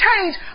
change